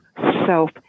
self